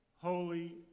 holy